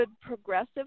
progressive